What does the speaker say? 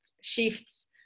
shifts